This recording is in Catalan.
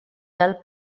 del